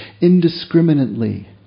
indiscriminately